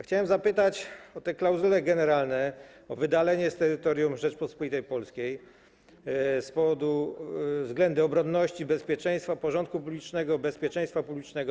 Chciałem zapytać o te klauzule generalne, o wydalenie z terytorium Rzeczypospolitej Polskiej ze względów obronności, bezpieczeństwa, porządku publicznego, bezpieczeństwa publicznego.